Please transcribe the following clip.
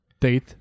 date